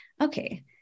Okay